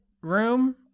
room